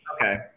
Okay